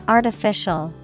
Artificial